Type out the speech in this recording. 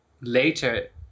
later